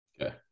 Okay